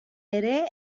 ere